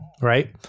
right